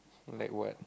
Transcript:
like what